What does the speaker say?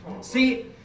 see